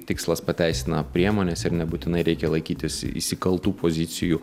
tikslas pateisina priemones ir nebūtinai reikia laikytis įsikaltų pozicijų